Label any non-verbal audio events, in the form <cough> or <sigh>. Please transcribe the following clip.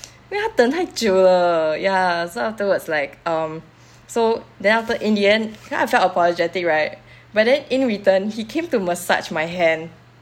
<noise> 因为他等太久了 ya so afterwards like um so then after in the end then I felt apologetic right but then in return he came to massage my hand